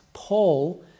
Paul